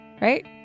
right